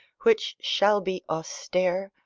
which shall be austere,